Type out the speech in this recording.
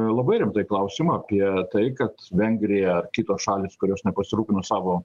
labai rimtai klausimą apie tai kad vengrija ar kitos šalys kurios nepasirūpino savo